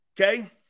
Okay